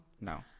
No